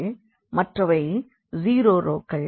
மற்றவை ஜீரோ ரோக்கள்